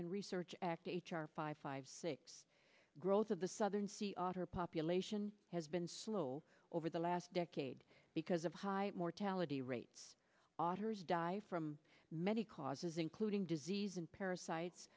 and research act a char five five six growth of the southern sea otter population has been slow over the last decade because of high mortality rates authors die from many causes including disease and parasites